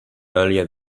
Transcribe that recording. earlier